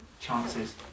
chances